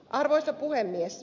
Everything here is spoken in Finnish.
arvoisa puhemies